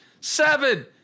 seven